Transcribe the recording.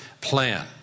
plan